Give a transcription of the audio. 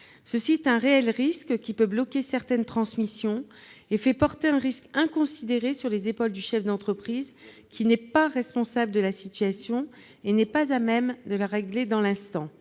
Une telle situation peut bloquer certaines transmissions. Par ailleurs, elle fait peser un risque inconsidéré sur les épaules du chef d'entreprise, qui n'est pas responsable de la situation et n'est pas à même de la régler dans l'instant.